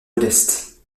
modestes